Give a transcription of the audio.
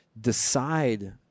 decide